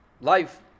life